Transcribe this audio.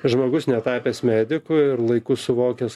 žmogus netapęs mediku ir laiku suvokęs